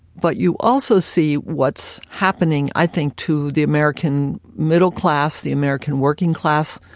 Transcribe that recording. but you also see what's happening, i think, to the american middle class, the american working class,